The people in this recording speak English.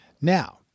Now